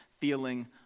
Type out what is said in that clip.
feeling